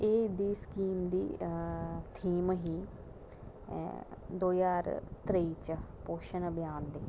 एह् इंदी स्कीम दी थीम ही दौ ज्हार त्रेई च पोषण अभियान